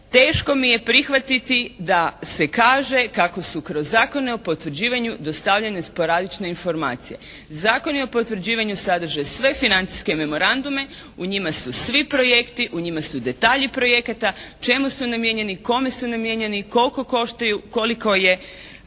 teško mi je prihvatiti da se kaže kako su kroz zakone o potvrđivanju dostavljene sporadične informacije. Zakoni o potvrđivanju sadrže sve financijske memorandume, u njima su svi projekti, u njima su detalji projekata čemu su namijenjeni, kome su namijenjeni, koliko košta, koliko je